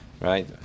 Right